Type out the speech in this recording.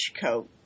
coat